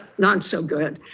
not so good.